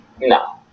No